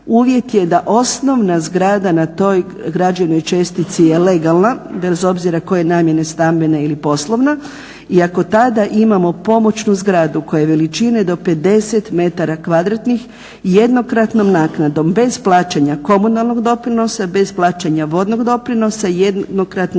uvjet da osnovna zgrada na toj građevnoj čestici je legalna, bez obzira koje je namjene stambene ili poslovne i ako tada imamo pomoćnu zgradu koja je veličine do 50 m2 jednokratnom naknadom bez plaćanja komunalnog doprinosa, bez plaćanja vodnog doprinosa, jednokratnom naknadom